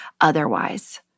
otherwise